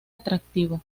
atractivo